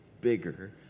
bigger